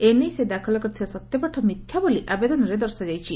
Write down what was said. ଏ ନେଇ ସେ ଦାଖଲ କରିଥିବା ସତ୍ୟପାଠ ମିଥ୍ୟା ବୋଲି ଆବେଦନରେ ଦର୍ଶାଯାଇଛି